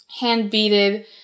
hand-beaded